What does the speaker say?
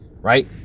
right